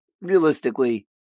realistically